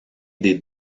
des